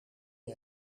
hij